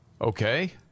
okay